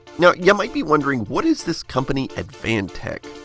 now, you might be wondering what is this company advantech?